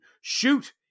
Shoot